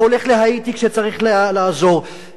והולך להאיטי כשצריך לעזור,